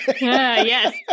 Yes